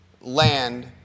land